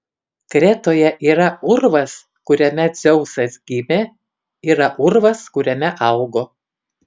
kretoje yra urvas kuriame dzeusas gimė yra urvas kuriame augo